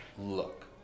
look